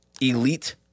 elite